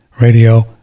radio